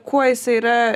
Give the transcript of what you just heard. kuo jisai yra